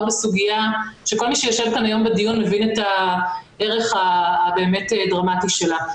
בסוגיה שכל מי שיושב כאן היום בדיון מבין את הערך הבאמת דרמטי שלה.